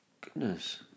goodness